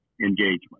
engagement